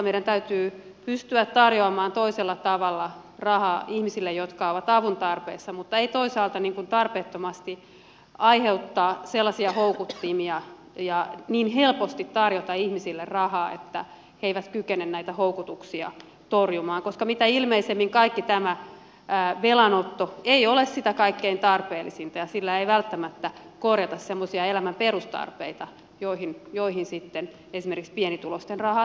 meidän täytyy pystyä tarjoamaan toisella tavalla rahaa ihmisille jotka ovat avun tarpeessa mutta ei toisaalta tarpeettomasti aiheuttaa sellaisia houkuttimia ja niin helposti tarjota ihmisille rahaa että he eivät kykene näitä houkutuksia torjumaan koska mitä ilmeisimmin kaikki tämä velanotto ei ole sitä kaikkein tarpeellisinta ja sillä ei välttämättä korjata semmoisia elämän perustarpeita joihin sitten esimerkiksi pienituloisten rahaa tulisi käyttää